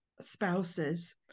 spouses